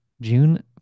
June